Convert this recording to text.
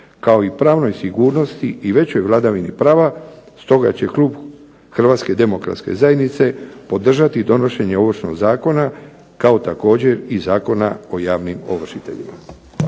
kao i pravnoj sigurnosti i većoj vladavini prava. Stoga će klub HDZ-a podržati donošenje Ovršnog zakona kao također i Zakona o javnim ovršiteljima.